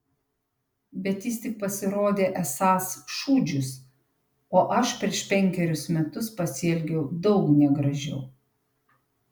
bet jis tik pasirodė esąs šūdžius o aš prieš penkerius metus pasielgiau daug negražiau